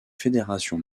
fédération